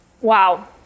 Wow